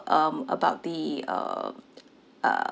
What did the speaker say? um about the um uh